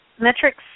metrics